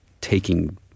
taking